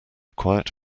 quiet